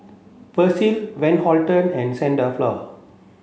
Persil Van Houten and Saint Dalfour